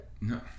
No